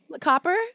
Copper